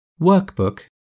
Workbook